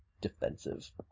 defensive